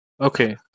Okay